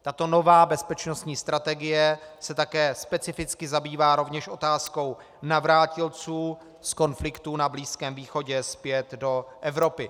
Tato nová bezpečnostní strategie se specificky zabývá rovněž otázkou navrátilců z konfliktů na Blízkém východě zpět do Evropy.